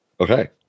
Okay